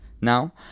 now